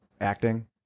acting